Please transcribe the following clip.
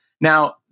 Now